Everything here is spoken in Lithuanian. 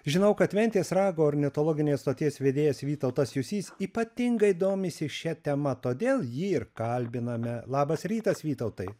žinau kad ventės rago ornitologinės stoties vedėjas vytautas jusys ypatingai domisi šia tema todėl jį ir kalbiname labas rytas vytautai